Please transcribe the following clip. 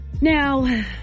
Now